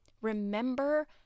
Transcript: Remember